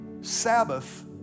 Sabbath